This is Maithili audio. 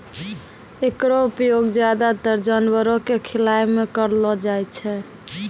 एकरो उपयोग ज्यादातर जानवरो क खिलाय म करलो जाय छै